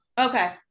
Okay